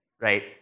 right